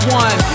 one